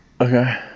Okay